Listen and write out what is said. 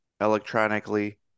electronically